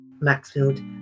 Maxfield